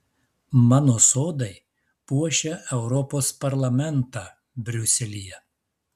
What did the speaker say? mano sodai puošia europos parlamentą briuselyje